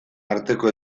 arteko